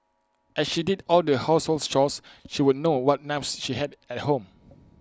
as she did all the household chores she would know what knives she had at home